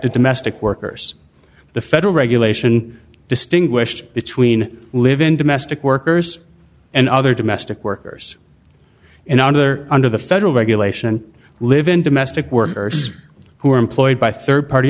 to domestic workers the federal regulation distinguish between live in domestic workers and other domestic workers and under under the federal regulation live in domestic workers who are employed by rd party